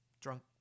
drunk